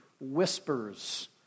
whispers